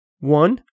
One